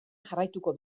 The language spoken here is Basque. jarraituko